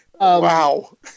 Wow